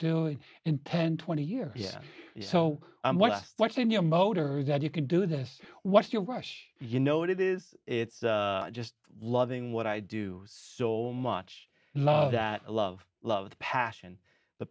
g in ten twenty years yeah so what what's in your motor that you can do this what's your rush you know what it is it's just loving what i do so much love that love love the passion the